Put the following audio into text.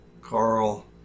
Carl